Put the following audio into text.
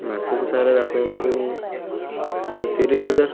ମାସକୁ ସାର୍ ଆପଣଙ୍କୁ ତିରିଶ ହଜାର